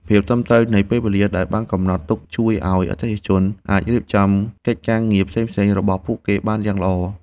ភាពត្រឹមត្រូវនៃពេលវេលាដែលបានកំណត់ទុកជួយឱ្យអតិថិជនអាចរៀបចំកិច្ចការងារផ្សេងៗរបស់ពួកគេបានយ៉ាងល្អ។